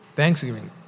Thanksgiving